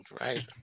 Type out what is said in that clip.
Right